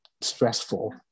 stressful